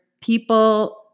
people